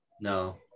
No